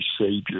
Savior